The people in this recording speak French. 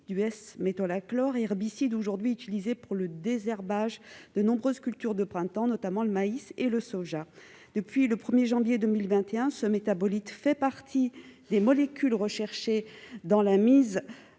du S-métolachlore est un herbicide utilisé pour le désherbage de nombreuses cultures de printemps, notamment le maïs et le soja. Depuis le 1 janvier 2021, ce métabolite fait partie des molécules recherchées dans l'eau mise